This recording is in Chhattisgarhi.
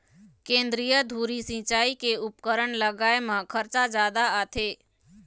केंद्रीय धुरी सिंचई के उपकरन लगाए म खरचा जादा आथे